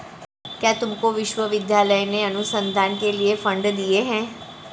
क्या तुमको विश्वविद्यालय ने अनुसंधान के लिए फंड दिए हैं?